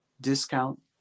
discount